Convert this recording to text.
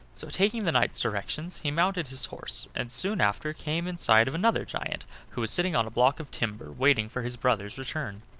so, taking the knight's directions, he mounted his horse and soon after came in sight of another giant, who was sitting on a block of timber waiting for his brother's return.